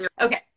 Okay